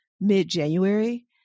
mid-January